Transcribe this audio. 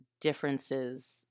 differences